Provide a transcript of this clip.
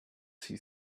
see